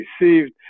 received